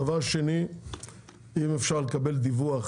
דבר שני אם אפשר לקבל דיווח